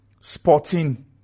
Sporting